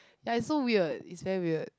ya is so weird is very weird